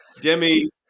Demi